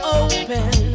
open